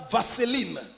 Vaseline